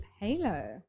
Halo